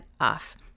off